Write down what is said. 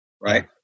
Right